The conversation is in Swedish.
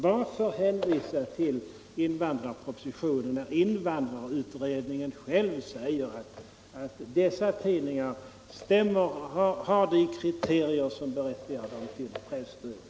Varför hänvisa till invandrarpropositionen när invandrarutredningen själv säger att för denna tidning gäller de kriterier som berättigar till presstöd?